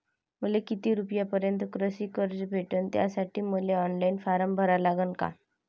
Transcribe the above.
मले किती रूपयापर्यंतचं कृषी कर्ज भेटन, त्यासाठी मले ऑनलाईन फारम भरा लागन का?